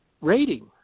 rating